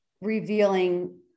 revealing